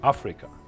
Africa